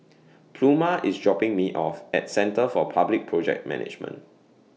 Pluma IS dropping Me off At Centre For Public Project Management